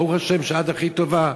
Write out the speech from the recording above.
ברוך השם, שאת הכי טובה,